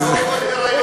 הפלה.